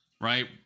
Right